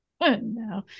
No